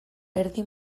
erdi